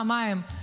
מה הם?